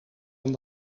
aan